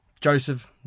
Joseph